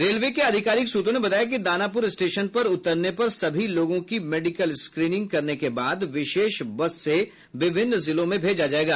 railway के आधिकारिक सूत्रों ने बताया कि दानापुर स्टेशन पर उतरने पर सभी लोगों की मेडिकल स्क्रीनिंग करने के बाद विशेष बस से विभिन्न जिलों में भेजा जाएगा